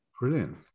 Brilliant